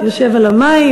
יושב על מים,